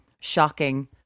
Shocking